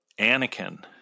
Anakin